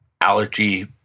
allergy